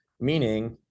meaning